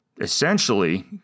essentially